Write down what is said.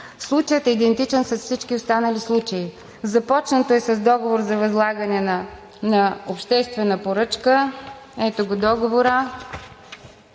Случаят е идентичен с всички останали случаи. Започнато е с договор за възлагане на обществена поръчка, ето го договора.